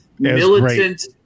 Militant